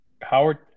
Howard